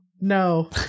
no